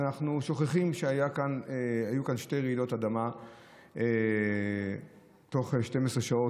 ואנחנו שוכחים שהיו כאן שתי רעידות אדמה תוך 12 שעות,